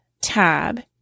tab